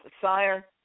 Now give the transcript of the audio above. sire